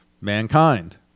mankind